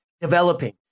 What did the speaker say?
developing